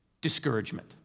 Discouragement